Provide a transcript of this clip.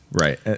Right